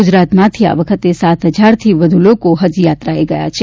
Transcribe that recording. ગુજરાતમાંથી આ વખતે સાત હજારથી વધુ લોકો હજયાત્રાએ ગયા છે